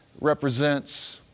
represents